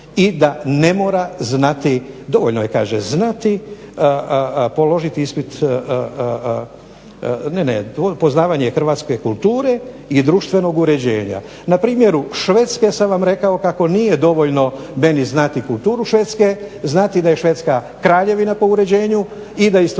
i da ne mora znati, dovoljno je kaže znati, položiti ispit. Ne, ne. Poznavanje hrvatske kulture i društvenog uređenja. Na primjeru Švedske sam vam rekao kako nije dovoljno meni znati kulturu Švedske, znati da je Švedska kraljevina po uređenju i da